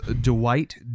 Dwight